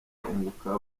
unguka